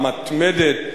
המתמדת,